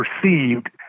perceived